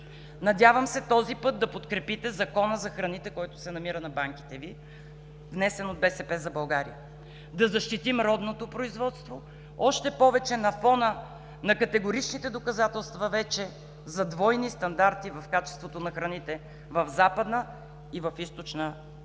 Надявам се този път да подкрепите Закона за храните, който се намира на банките Ви, внесен от „БСП за България“. Да защитим родното производство, още повече на фона на категоричните доказателства вече за двойни стандарти в качеството на храните в Западна и Източна Европа.